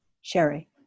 Sherry